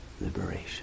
liberation